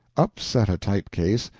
upset a type-case,